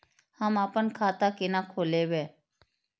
हम आपन खाता केना खोलेबे?